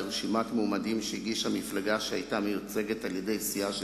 ברשימת מועמדים שהגישה מפלגה שהיתה מיוצגת על-ידי סיעה של